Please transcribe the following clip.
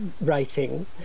writing